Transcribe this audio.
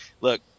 look